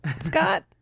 Scott